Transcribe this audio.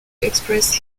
express